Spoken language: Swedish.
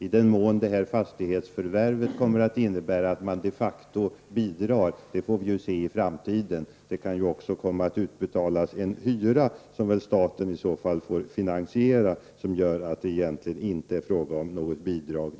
I vad mån fastighetsförvärvet kommer att innebära att man de facto bidrar, får vi se i framtiden. Det kan även komma att utbetalas en hyra som staten förmodligen i så fall får finansiera, och på det sättet blir inte heller det egentligen fråga om något bidrag.